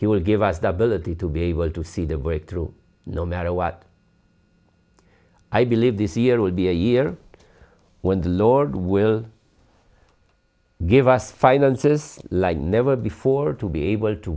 he will give us the ability to be able to see the way through no matter what i believe this year will be a year when the lord will give us finances like never before to be able to